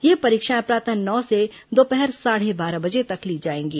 ये परीक्षाएं प्रातः नौ से दोपहर साढ़े बारह बजे तक ली जाएंगी